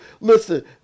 Listen